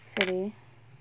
சரி:sari